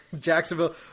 Jacksonville